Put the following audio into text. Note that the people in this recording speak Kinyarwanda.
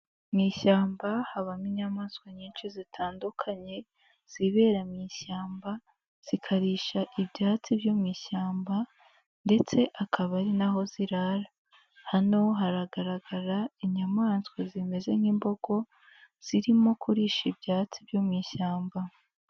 Mu ishyamba habamo inyamaswa nyinshi zitandukanye zibera mu ishyamba zikarisha ibyatsi byo mu ishyamba ndetse akaba ari na ho zirara, hano haragaragara inyamaswa zimeze nk'imbogo zirimo kurisha ibyatsi byo mu ishyamba.